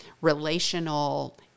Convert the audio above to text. relational